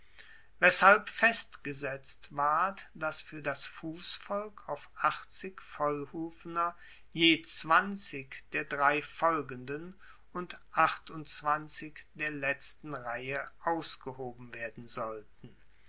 weshalb festgesetzt ward dass fuer das fussvolk auf achtzig vollhufener je zwanzig der drei folgenden und achtundzwanzig der letzten reihe ausgehoben werden sollten